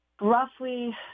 roughly